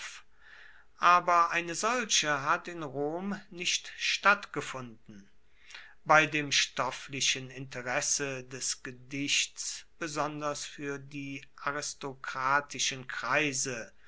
aber eine solche hat in rom nicht stattgefunden bei dem stofflichen interesse des gedichts besonders fuer die aristokratischen kreise